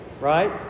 right